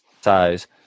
size